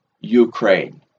Ukraine